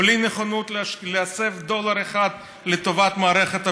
בלי נכונות להסב דולר אחד לטובת מערכת הבריאות.